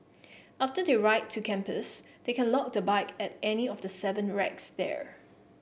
after they ride to campus they can lock the bike at any of the seven racks there